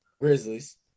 Grizzlies